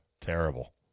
terrible